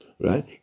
right